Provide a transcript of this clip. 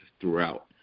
throughout